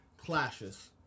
Clashes